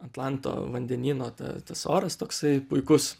atlanto vandenyno ta tas oras toksai puikus